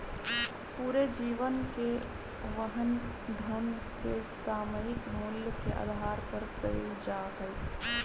पूरे जीवन के वहन धन के सामयिक मूल्य के आधार पर कइल जा हई